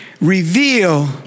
reveal